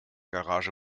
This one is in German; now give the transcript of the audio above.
garage